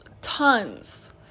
tons